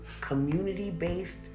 community-based